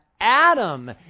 Adam